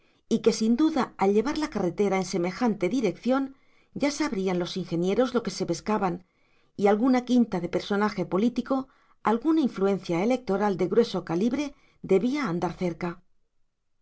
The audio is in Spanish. y que sin duda al llevar la carretera en semejante dirección ya sabrían los ingenieros lo que se pescaban y alguna quinta de personaje político alguna influencia electoral de grueso calibre debía andar cerca